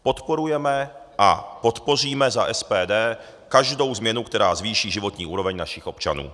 Podporujeme a podpoříme za SPD každou změnu, která zvýší životní úroveň našich občanů.